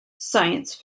science